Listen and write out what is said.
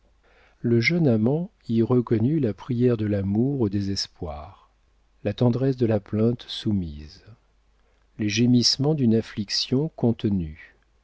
le jeune amant y reconnut la prière de l'amour au désespoir la tendresse de la plainte soumise les gémissements d'une affliction contenue